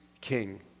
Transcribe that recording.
king